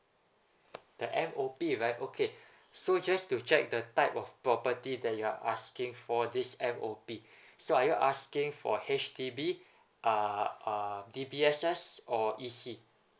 the M_O_P right okay so just to check the type of property that you're asking for this M_O_P so are you asking for H_D_B uh uh D_B_S_S_ or E_C